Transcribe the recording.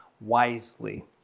wisely